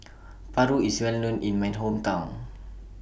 Paru IS Well known in My Hometown